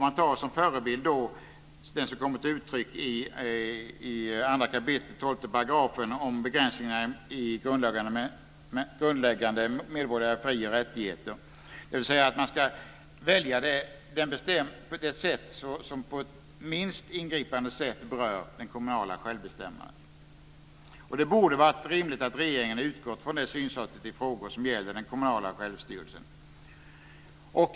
Man tar då som förebild det som kommer till uttryck i 2 kap. 12 § om begränsningar i grundläggande medborgerliga fri och rättigheter, dvs. att man ska välja det sätt som på minst ingripande sätt berör det kommunala självbestämmandet. Det borde ha varit rimligt att regeringen utgått från det synsättet i frågor som gäller det kommunala självstyret.